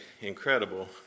incredible